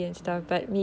mm